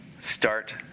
Start